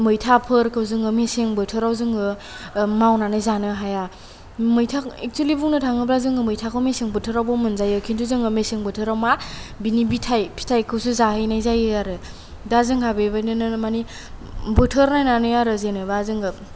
मैथाफोरखौ जोङो मेसें बोथोराव जोङो मावनानै जानो हाया मैथा एक्सुयेलि बुंनो थाङोब्ला जोङो मैथाखौ मेसें बोथोरावबो मोनजायो खिन्थु जोङो मेसें बोथोराव मा बिनि बिथाइ फिथाइखौसो जाहैनाय जायो आरो दा जोंहा बेबादिनो मानि बोथोर नायनानै आरो जेनोबा जोङो